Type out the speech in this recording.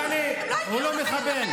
טלי, הוא לא מחבל.